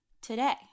Today